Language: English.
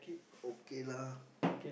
okay lah